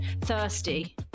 thirsty